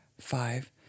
five